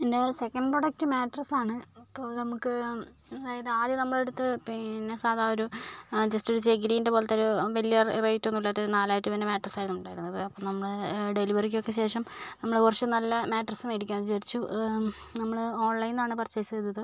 എൻ്റെ second product മാട്രസ്സാണ് ഇപ്പോൾ നമുക്ക് അതായത് ആദ്യം നമ്മളുടെ അടുത്ത് പിന്നെ സാധാ ഒരു ജസ്റ്റ് ഒരു ചകിരീൻ്റെ പോലത്തെ ഒരു വലിയ റേറ്റ് ഒന്നും ഇല്ലാത്ത ഒരു നാലായിരം രൂപേൻ്റെ മാട്രസ്സാണ് ഉണ്ടായിരുന്നത് അപ്പം നമ്മൾ ഡെലിവറിക്കൊക്കെ ശേഷം നമ്മൾ കുറച്ച് നല്ല മാട്രസ്സ് മേടിക്കാം എന്നു വിചാരിച്ചു നമ്മൾ ഓൺലൈനിൽ നിന്നാണ് പർച്ചേസ് ചെയ്തത്